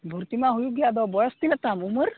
ᱵᱷᱚᱨᱛᱤ ᱢᱟ ᱦᱩᱭᱩᱜ ᱜᱮ ᱟᱫᱚ ᱵᱚᱭᱚᱥ ᱛᱤᱱᱟᱜ ᱛᱟᱢ ᱩᱢᱟᱹᱨ